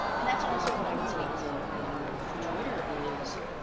and that's also what i would say is a value of twitter is,